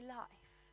life